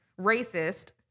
Racist